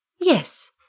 Yes